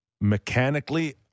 mechanically